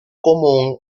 común